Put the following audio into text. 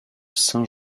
saint